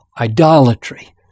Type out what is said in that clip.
idolatry